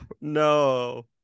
no